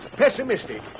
Pessimistic